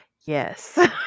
Yes